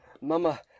Mama